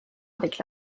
avec